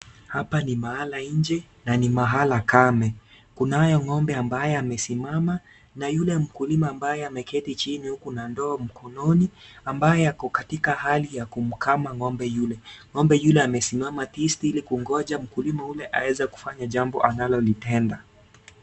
Hapa ni mahala nje na ni mahala kame. Kunayo ng'ombe ambaye amesimama na yule mkulima ambaye ameketi chini huku na ndoo mkononi ambaye ako katika hali ya kumkama. Ng'ombe yule amesimama tisti ili kungoja mkulima yule aweza kufanya jambo analolitenda.